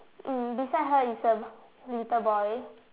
mm beside her is a little boy